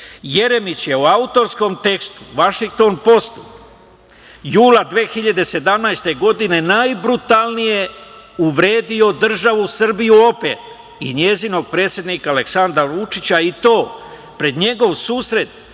Vučića. Jeremić je u autorskom tekstu u „Washington Post“ jula 2017. godine najbrutalnije uvredio državu Srbiju opet i njenog predsednika Aleksandra Vučića i to pred njegov susret